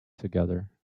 together